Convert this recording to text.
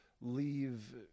leave